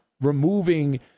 removing